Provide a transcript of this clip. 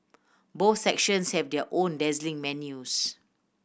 both sections have their own dazzling menus